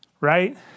right